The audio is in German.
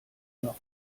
noch